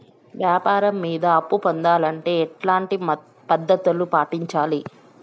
వ్యాపారం మీద అప్పు పొందాలంటే ఎట్లాంటి పద్ధతులు పాటించాలి?